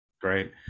Great